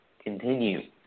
continue